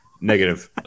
Negative